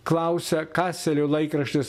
klausia kaselio laikraštis